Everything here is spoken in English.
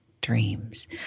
dreams